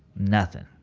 nothing.